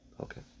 Okay